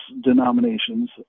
denominations